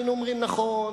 היינו אומרים: נכון,